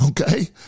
Okay